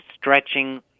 stretching